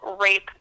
rape